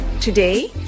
Today